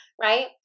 right